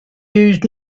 use